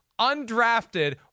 undrafted